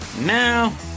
Now